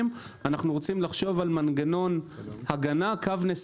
אנחנו רוצים לחשוב על מנגנון הגנה/נסיגה,